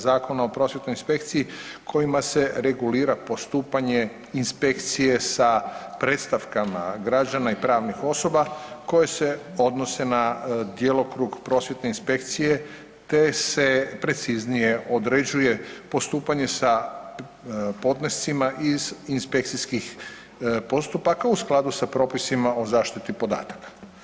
Zakona o prosvjetnoj inspekciji kojima se regulira postupanje inspekcije sa predstavkama građana i pravnih osoba koje se odnose na djelokrug prosvjetne inspekcije te se preciznije određuje postupanje sa podnescima iz inspekcijskih postupaka u skladu sa propisima o zaštiti podataka.